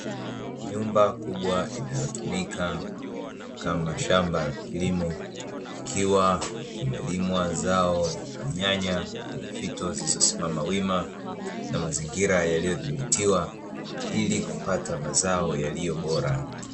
Nyumba kubwa inayotumika kama shamba la kilimo, ikiwa imelimwa zao la nyanya kwenye fito zilizosimama wima na mazingira yaliyodhibitiwa ili kupata mazao yaliyo bora.